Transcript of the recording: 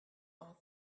all